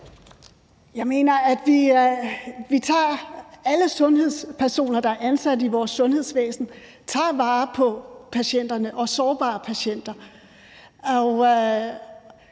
alle sundhedspersoner, der er ansat i vores sundhedsvæsen, tager vare på patienterne og på de sårbare patienter.